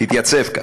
תתייצב כאן.